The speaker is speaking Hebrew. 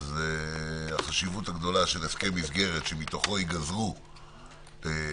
כאן החשיבות הגדולה של הסכם מסגרת שמתוכו ייגזרו --- חוק.